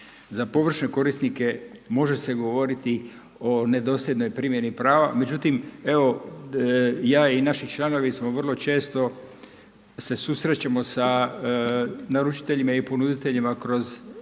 Za površne korisnike može se govoriti o nedosljednoj primjeni prava međutim evo ja i naši članovi smo vrlo često se susrećemo sa naručiteljima i ponuditeljima kroz